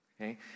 okay